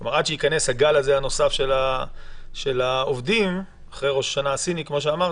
כלומר עד שייכנס הגל הנוסף של העובדים אחרי ראש השנה הסיני,